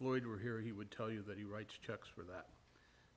lloyd were here he would tell you that he writes checks for that